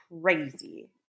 crazy